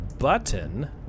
Button